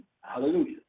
Hallelujah